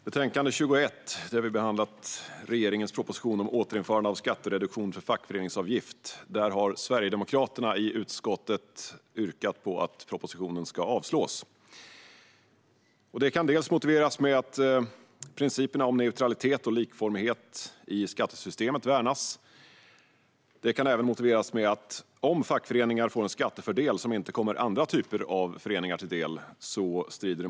Fru talman! I betänkande 21 där vi har behandlat regeringens proposition om återinförande av skattereduktion för fackföreningsavgift har Sverigedemokraterna i utskottet yrkat att propositionen ska avslås. Det kan motiveras med att principerna om neutralitet och likformighet i skattesystemet bör värnas. Det kan även motiveras med att det strider mot likabehandlingsprincipen om fackföreningar får en skattefördel som inte kommer andra typer av föreningar till del.